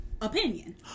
opinion